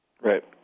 Right